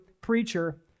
preacher